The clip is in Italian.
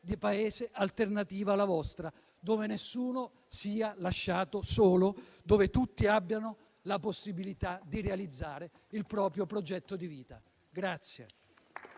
di Paese alternativa alla vostra, dove nessuno sia lasciato solo, dove tutti abbiano la possibilità di realizzare il proprio progetto di vita.